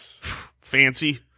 Fancy